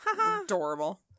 Adorable